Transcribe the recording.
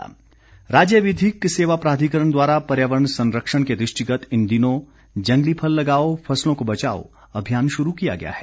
पौधरोपण राज्य विधिक सेवा प्राधिकरण द्वारा पर्यावरण संरक्षण के दृष्टिगत इन दिनों जंगली फल लगाओ फसलों को बचाओ अभियान शुरू किया गया है